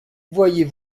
voyez